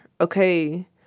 okay